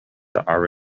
are